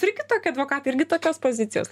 irgi tokie advokatai irgi tokios pozicijos lai